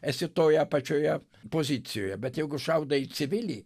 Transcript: esi toje pačioje pozicijoje bet jeigu šaudai į civilį